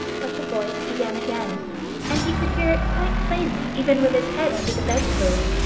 but the voice began again and he could hear it quite plainly, even with his head under the bed-clothes.